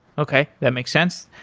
okay. that makes sense.